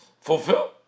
fulfill